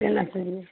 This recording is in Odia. ଟ୍ରେନରେ ଆସିପାରିବେ